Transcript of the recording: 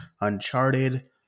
Uncharted